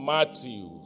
Matthew